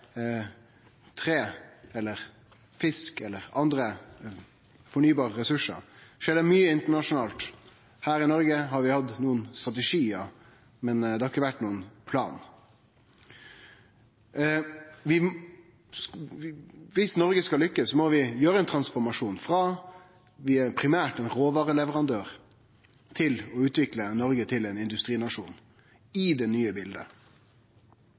tre, fisk og andre fornybare ressursar – skjer det mykje internasjonalt. Her i Noreg har vi hatt nokre strategiar, men det har ikkje vore nokon plan. Viss Noreg skal lukkast, må vi gjere ein transformasjon frå primært å vere ein råvareleverandør til å utvikle Noreg til ein industrinasjon i det nye bildet.